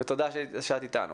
תודה שאת אתנו.